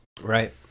Right